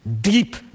deep